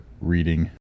reading